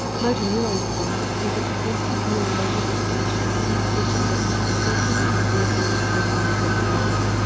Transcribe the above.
motor neurone disease is a progressive neurological condition which affects speaking, walking, breathing and swallowing.